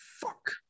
fuck